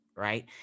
Right